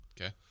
Okay